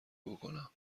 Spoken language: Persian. بکنم